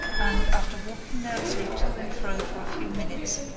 and, after walking nervously to and fro for a few minutes,